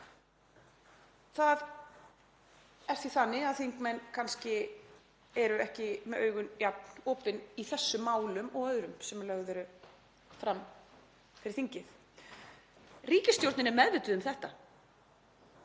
Það er því þannig að þingmenn eru kannski ekki með augun jafn opin í þessum málum og öðrum sem lögð eru fyrir þingið. Ríkisstjórnin er meðvituð um þetta.